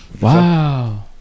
Wow